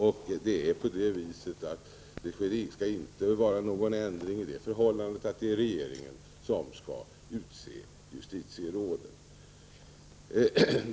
Och det skall inte bli någon ändring i det förhållandet att det är regeringen som utser justitieråden.